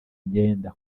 myenda